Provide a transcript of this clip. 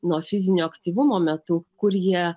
nuo fizinio aktyvumo metu kur jie